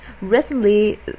recently